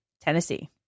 Tennessee